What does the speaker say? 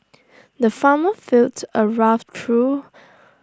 the farmer filled A rough through